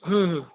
हं हं